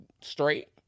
straight